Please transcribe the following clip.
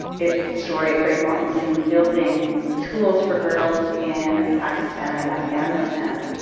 it's the story of greg mortenson building schools for girls in pakistan and afghanistan.